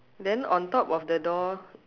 then on top of the door